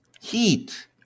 Heat